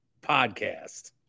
podcast